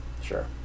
sure